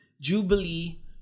Jubilee